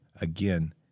again